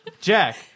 Jack